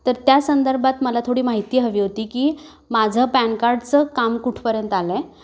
तर त्या संदर्भात मला थोडी माहिती हवी होती की माझं पॅन कार्डचं काम कुठपर्यंत आलंय